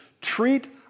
treat